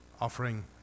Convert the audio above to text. offering